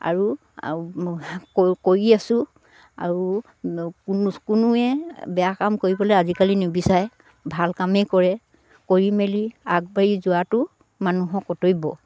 আৰু কৰি আছোঁ আৰু কোন কোনোৱে বেয়া কাম কৰিবলে আজিকালি নিবিচাৰে ভাল কামেই কৰে কৰি মেলি আগবাঢ়ি যোৱাটো মানুহৰ কৰ্তব্য